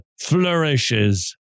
flourishes